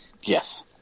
Yes